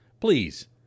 please